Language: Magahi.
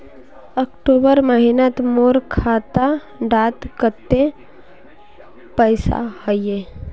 अक्टूबर महीनात मोर खाता डात कत्ते पैसा अहिये?